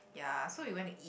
ya so we went to eat